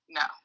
no